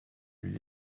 lui